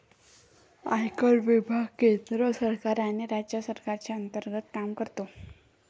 आयकर विभाग केंद्र सरकार आणि राज्य सरकारच्या अंतर्गत काम करतो